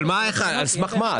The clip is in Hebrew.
אבל על סמך מה?